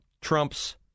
Trump's